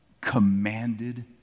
commanded